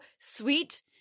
sweet